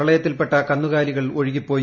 പ്രളയത്തിൽപ്പെട്ട കന്നുകാലികൾ ഒഴുകിപ്പോയി